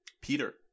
Peter